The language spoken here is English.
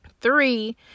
Three